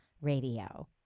Radio